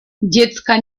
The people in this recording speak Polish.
dziecka